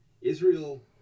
Israel